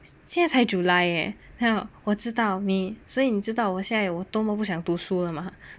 现在才 July eh now then 我知道 me 所以你知道我现有多么不想读书了吗